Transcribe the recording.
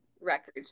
record